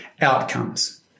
outcomes